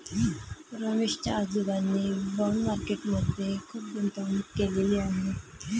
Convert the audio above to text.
रमेश च्या आजोबांनी bond market मध्ये खुप गुंतवणूक केलेले आहे